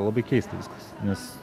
labai keistas nes